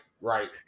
right